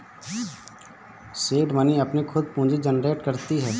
seed money अपनी खुद पूंजी जनरेट करती है